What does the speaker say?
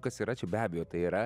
kas yra čia be abejo tai yra